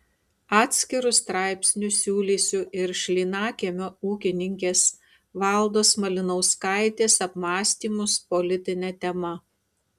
atskiru straipsniu siūlysiu ir šlynakiemio ūkininkės valdos malinauskaitės apmąstymus politine tema